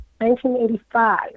1985